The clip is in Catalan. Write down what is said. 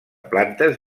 plantes